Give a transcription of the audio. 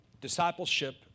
discipleship